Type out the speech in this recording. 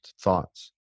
thoughts